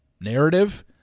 narrative